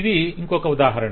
ఇది ఇంకొక ఉదాహరణ